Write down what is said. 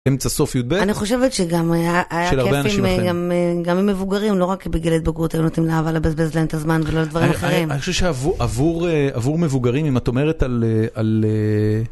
אמצע-סוף י"ב. אני חושבת שגם היה כיף גם עם מבוגרים, לא רק בגיל ההתבגרות היינו נותנים לאהבה לבזבז להם את הזמן ולעוד דברים אחרים. אני חושב שעבור מבוגרים, אם את אומרת על...